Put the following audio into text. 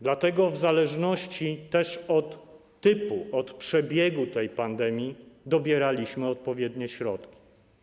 Dlatego w zależności też od typu, od przebiegu tej pandemii dobieraliśmy odpowiednie środki.